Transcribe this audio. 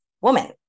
woman